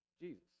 Jesus